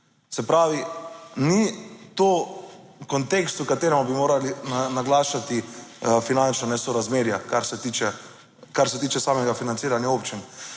Se pravi, ni to kontekst, v katerem bi morali naglašati finančna nesorazmerja, kar se tiče samega financiranja občin.